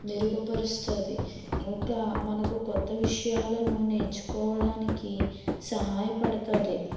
మెరుగుపరుస్తుంది ఇంకా మనకు కొత్త విషయాలను నేర్చుకోవడానికి సహాయ పడుతుంది